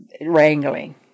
wrangling